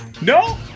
No